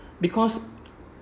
because